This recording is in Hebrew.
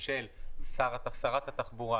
של שרת התחבורה,